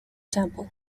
temple